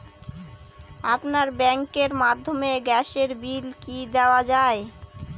আপনার ব্যাংকের মাধ্যমে গ্যাসের বিল কি দেওয়া য়ায়?